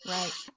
Right